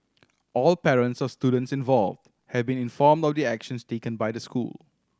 all parents of students involved have been informed of the actions taken by the school